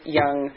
young